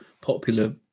popular